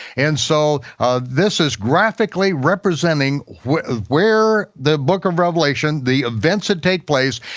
and so this is graphically representing where where the book of revelation, the events that take place,